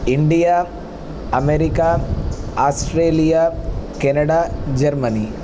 India America Australia Canada Germany